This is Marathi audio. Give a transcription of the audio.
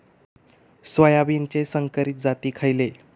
सोयाबीनचे संकरित जाती खयले?